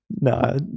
no